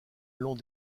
long